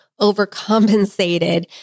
overcompensated